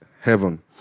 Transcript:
heaven